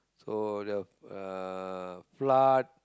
so the uh flood